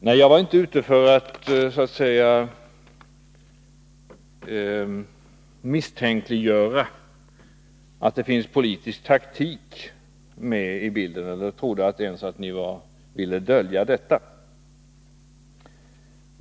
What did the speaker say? Nej, jag var inte ute efter att misstänkliggöra er för att det skulle finnas politisk taktik med i bilden. Jag trodde inte ens att ni ville dölja detta.